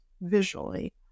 visually